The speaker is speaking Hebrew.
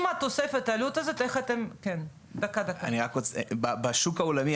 עם תוספת העלות הזאת איך אתם --- בשוק העולמי,